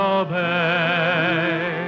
obey